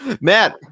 Matt